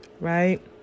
right